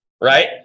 right